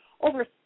over